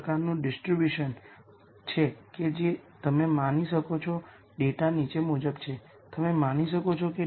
જો Aν λν અમે પ્રશ્ન પૂછીએ જ્યારે λ 0 થાય ત્યારે શું થાય છે